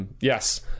yes